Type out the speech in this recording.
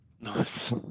nice